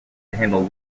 handle